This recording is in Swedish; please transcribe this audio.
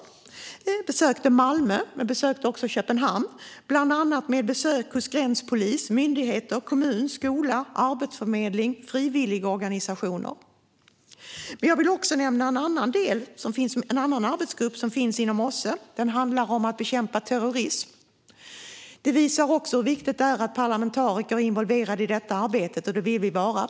Den besökte Malmö men också Köpenhamn bland annat med besök hos gränspolis, myndigheter, kommun, skola, arbetsförmedling och frivilligorganisationer. Jag vill också nämna en annan arbetsgrupp som finns inom OSSE. Den handlar om att bekämpa terrorism. Det visar också hur viktigt det är att parlamentariker är involverade i detta arbete, och det vill vi vara.